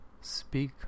speak